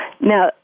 Now